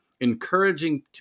encouraging